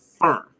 firm